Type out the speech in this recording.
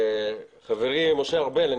חברי משה ארבל,